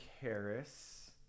Harris